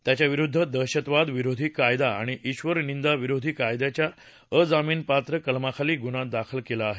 त्याच्याविरुद्ध दहशतवाद विरोधी कायदा आणि बेर निंदा विरोधी कायद्याच्या अजामिनापात्र कलमांखाली गुन्हा दाखल केला आहे